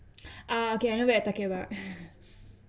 ah okay I know what you're talking about